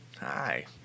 Hi